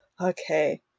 Okay